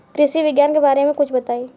कृषि विज्ञान के बारे में कुछ बताई